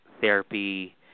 therapy